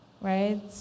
Right